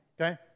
Okay